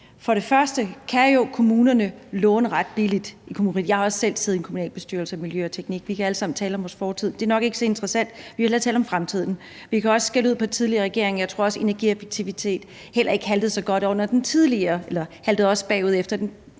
om de her ting. Kommunerne kan låne ret billigt. Jeg har også selv siddet i en kommunalbestyrelse og et miljø- og teknikudvalg. Vi kan alle sammen tale om vores fortid. Det er nok ikke så interessant, vi vil hellere tale om fremtiden. Vi kan også skælde ud på den tidligere regering; jeg tror også, at energieffektivitet haltede bagefter i den tidligere S-regering. Men kommunerne